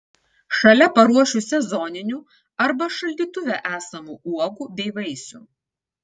šalia paruošiu sezoninių arba šaldytuve esamų uogų bei vaisių